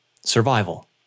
survival